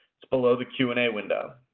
it's below the q and a window.